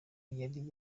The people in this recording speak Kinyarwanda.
yari